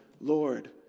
Lord